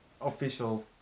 official